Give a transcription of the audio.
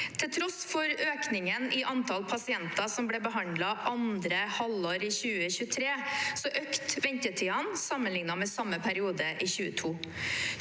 Til tross for økningen i antall pasienter som ble behandlet andre halvår i 2023, økte ventetidene sammenliknet med samme periode i 2022.